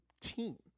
team